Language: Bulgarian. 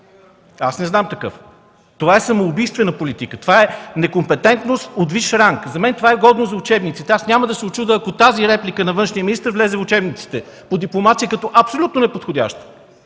Аз не знам такъв. Това е самоубийствена политика. Това е некомпетентност от висш ранг. За мен това е годно за учебниците. Аз няма да се учудя, ако тази реплика на външния министър влезе в учебниците по дипломация като абсолютно неподходящ.